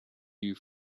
you